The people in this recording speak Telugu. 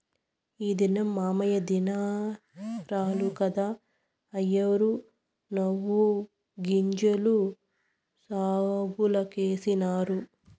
ఈ దినం మాయవ్వ దినారాలు కదా, అయ్యోరు నువ్వుగింజలు కాగులకేసినారు